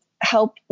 help